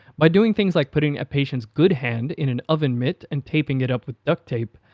by doing things like putting a patient's good hand in an oven mitt and taping it up with duct tape,